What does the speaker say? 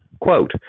quote